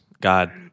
God